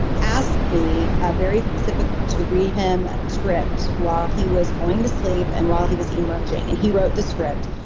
asked me a very specifically to read him a script while he was going to sleep and while he was emerging, and he wrote the script.